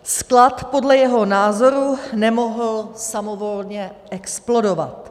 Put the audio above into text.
Sklad podle jeho názoru nemohl samovolně explodovat.